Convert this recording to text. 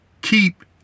keep